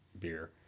beer